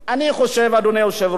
אני חושב, אדוני היושב-ראש,